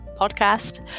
podcast